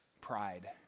Pride